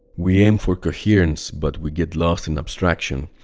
we aim for coherence, but we get lost in abstraction.